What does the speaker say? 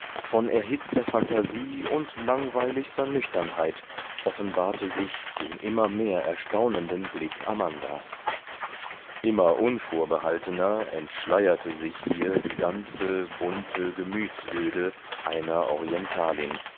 von erhitzter phantasie und langweiligster nüchternheit offenbarte sich dem immer mehr erstaunenden blick amandas immer unvorbehaltener entschleierte sich ihr die ganze bunte gemütsöde einer